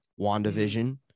WandaVision